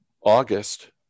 August